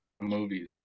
movies